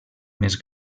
més